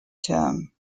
term